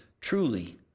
truly